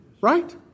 Right